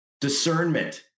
discernment